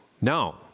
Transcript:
No